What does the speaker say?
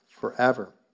forever